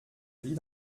vie